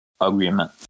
agreement